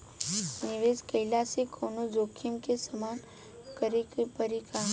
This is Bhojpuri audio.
निवेश कईला से कौनो जोखिम के सामना करे क परि का?